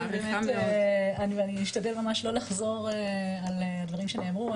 אני אשתדל ממש לא לחזור על הדברים שנאמרו,